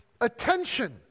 attention